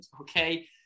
okay